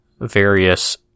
various